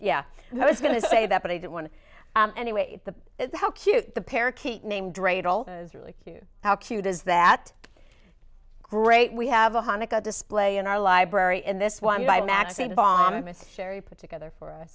yeah i was going to say that but i didn't want to anyway the how cute the parakeet name dreda is really cute how cute is that great we have a hanukkah display in our library in this one by maxine vomitous sherry put together for us